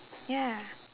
ya